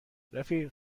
رفیق